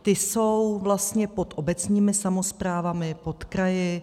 Ti jsou vlastně pod obecními samosprávami, pod kraji.